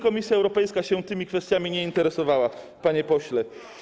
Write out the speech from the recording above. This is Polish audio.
Komisja Europejska nigdy tymi kwestiami się nie interesowała, panie pośle.